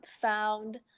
found